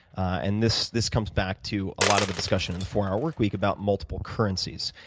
and this this comes back to a lot of the discussion in the four hour work week about multiple currencies.